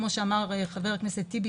כמו שאמר חבר הכנסת טיבי,